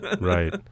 right